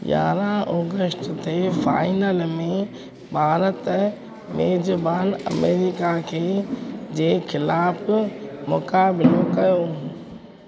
यारहं ऑगस्ट ते फाईनल में भारत मेजबान अमेरिका खे जे ख़िलाफ़ु मुक़ाबिलो कयो